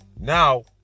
Now